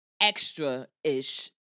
extra-ish